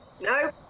No